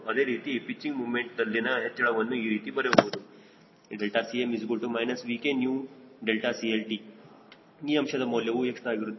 ಅದೇ ರೀತಿ ಪಿಚ್ಚಿಂಗ್ ಮೂಮೆಂಟ್ದಲ್ಲಿನ ಹೆಚ್ಚಳವನ್ನು ಈ ರೀತಿಯಲ್ಲಿ ಬರೆಯಬಹುದು ∆𝐶m −𝑉K𝜂∆𝐶Lt ಈ ಅಂಶದ ಮೌಲ್ಯವು ಎಷ್ಟು ಆಗಿರುತ್ತದೆ